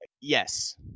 Yes